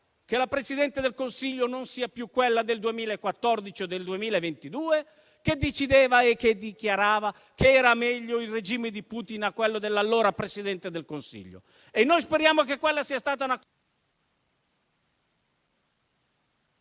che la Presidente del Consiglio non sia più quella del 2014 o del 2022, che decideva e dichiarava che era meglio il regime di Putin rispetto a quello dell'allora Presidente del Consiglio. Noi speriamo che quella sia stata...